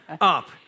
up